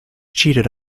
cheated